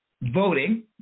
Voting